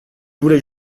voulais